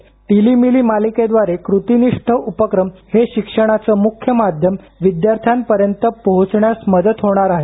टिलीमिली मालिकेद्वारे कृतीनिष्ठ उपक्रम हे शिक्षणाचे मुख्य माध्यम विद्यार्थ्यांपर्यंत पोहचण्यास मदत होणार आहे